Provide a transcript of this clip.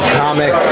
comic